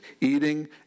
eating